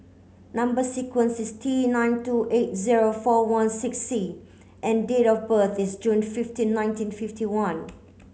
number sequence is T nine two eight zero four one six C and date of birth is June fifteen nineteen fifty one